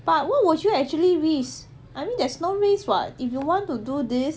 but what would you actually risk I mean there is no risk [what] if you want to do this